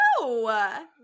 No